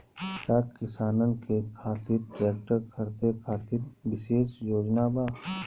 का किसानन के खातिर ट्रैक्टर खरीदे खातिर विशेष योजनाएं बा?